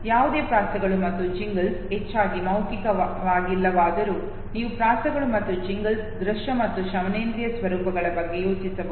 ಯಾವುದೇ ಪ್ರಾಸಗಳು ಮತ್ತು ಜಿಂಗಲ್ಸ್ ಹೆಚ್ಚಾಗಿ ಮೌಖಿಕವಾಗಿಲ್ಲವಾದರೂ ನೀವು ಪ್ರಾಸಗಳು ಮತ್ತು ಜಿಂಗಲ್ಸ್Jinglesನ ದೃಶ್ಯ ಮತ್ತು ಶ್ರವಣೇಂದ್ರಿಯ ಸ್ವರೂಪಗಳ ಬಗ್ಗೆ ಯೋಚಿಸಬಹುದು